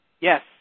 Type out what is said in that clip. Yes